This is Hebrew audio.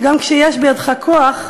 גם כשיש בידך כוח,